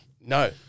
no